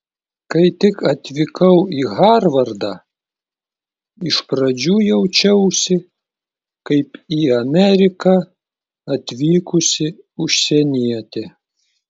kai tik atvykau į harvardą iš pradžių jaučiausi kaip į ameriką atvykusi užsienietė